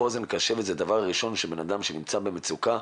זה הדבר הראשון לאדם שנמצא במצוקה,